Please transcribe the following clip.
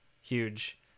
huge